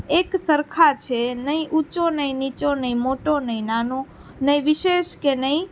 એક સરખા છે નહીં ઊંચો નહીં નીચો નહીં મોટો નહીં નાનો નહીં વિશેષ કે નહીં